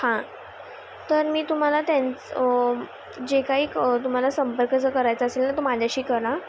हां तर मी तुम्हाला त्यांच जे काही तुम्हाला संपर्कचं करायचं असेल ना तो माझ्याशी करा